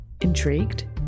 Intrigued